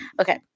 Okay